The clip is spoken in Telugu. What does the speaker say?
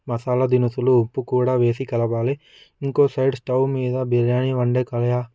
మసాలా దినుసులు ఉప్పు కూడా వేసి కలపాలి ఇంకో సైడు స్టవ్ మీద బిర్యానీ వండే కళాయి